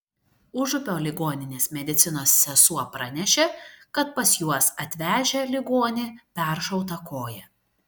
užupio ligoninės medicinos sesuo pranešė kad pas juos atvežę ligonį peršauta koja